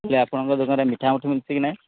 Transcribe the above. ହେଲେ ଆପଣଙ୍କ ଦୋକାନରେ ମିଠାମିଠି ମିଲଛି କି ନାହିଁ